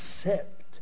accept